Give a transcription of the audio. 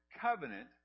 Covenant